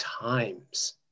times